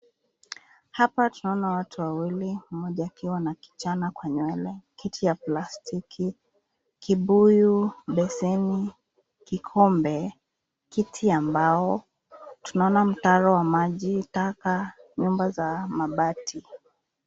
Hapa tunaona watu wawili, mmoja akiwa na kichana kwa nywele, kiti ya plastiki, kibuyu, baseni, kikombe, kiti ya mbao, tunaona mtaro wa maji, taka, nyumba za mabati.